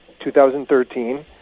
2013